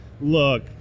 look